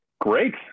Great